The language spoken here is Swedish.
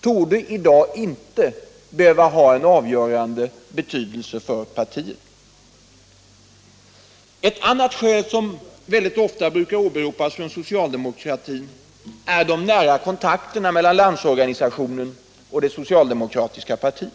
torde i dag inte behöva ha en avgörande betydelse för partiet. Ett annat skäl som väldigt ofta åberopas från socialdemokratin är de nära kontakterna mellan Landsorganisationen och det socialdemokratiska partiet.